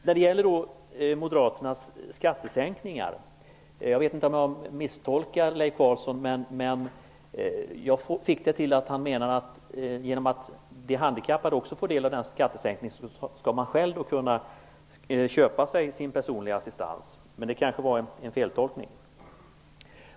När det gäller moderaternas skattesänkningar vet jag inte om jag misstolkar Leif Carlson, men jag fick det till att han menar att genom att de handikappade också får del av skattesänkningen skall de själva kunna köpa sig sin personliga assistans. Men det kanske var en feltolkning.